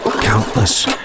Countless